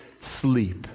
sleep